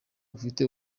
mufti